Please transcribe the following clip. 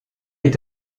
est